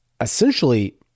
essentially